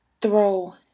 throw